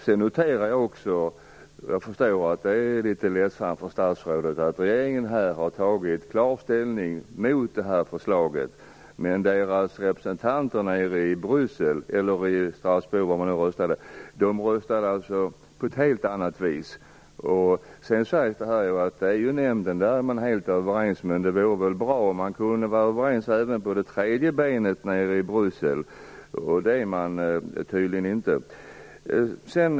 Jag noterar, och jag förstår att det är litet ledsamt för statsrådet, att regeringen har tagit klar ställning mot förslaget medan dess representanter i Bryssel eller Strasbourg röstade på ett helt annat sätt. Det sägs här att man är helt överens i EU-nämnden. Men det vore väl bra om man kunde vara överens också på det tredje benet, nere i Bryssel! Tydligen är man inte det. Fru talman!